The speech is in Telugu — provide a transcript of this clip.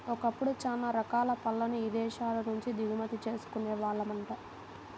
ఒకప్పుడు చానా రకాల పళ్ళను ఇదేశాల నుంచే దిగుమతి చేసుకునే వాళ్ళమంట